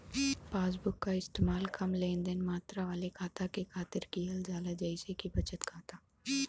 passbook क इस्तेमाल कम लेनदेन मात्रा वाले खाता के खातिर किहल जाला जइसे कि बचत खाता